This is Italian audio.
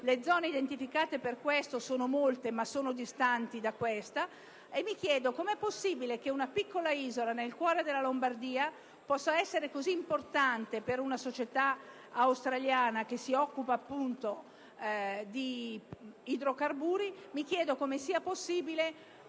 le zone identificate a tale scopo sono molte, ma distanti da quella individuata. Mi chiedo quindi come sia possibile che una piccola isola, nel cuore della Lombardia, possa essere così importante per una società australiana che si occupa di idrocarburi,